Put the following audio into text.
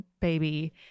baby